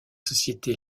sociétés